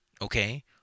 okay